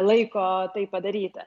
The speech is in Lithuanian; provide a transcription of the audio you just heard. laiko tai padaryti